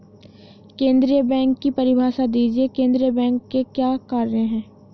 केंद्रीय बैंक की परिभाषा दीजिए केंद्रीय बैंक के क्या कार्य हैं?